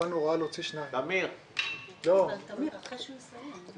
אחרי שהוא יסיים.